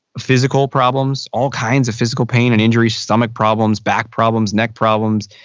physical problems, all kinds of physical pain and injuries, stomach problems, back problems, neck problems,